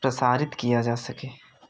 प्रसारित किया जा सके